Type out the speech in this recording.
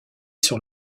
sur